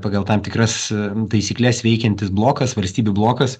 pagal tam tikras taisykles veikiantis blokas valstybių blokas